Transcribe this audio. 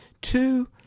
Two